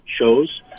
shows